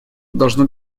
должно